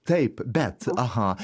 taip bet aha